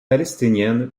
palestinienne